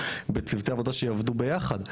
בצוותי עבודה שיעבדו ביחד,